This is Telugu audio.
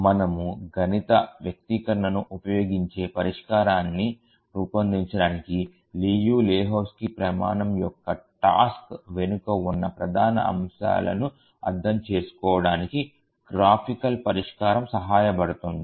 మనము గణిత వ్యక్తీకరణను ఉపయోగించే పరిష్కారాన్ని రూపొందించడానికి లియు లెహోజ్కీ ప్రమాణం యొక్క టాస్క్ వెనుక ఉన్న ప్రధాన అంశాలను అర్థం చేసుకోవడానికి గ్రాఫికల్ పరిష్కారం సహాయపడుతుంది